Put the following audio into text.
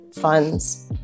funds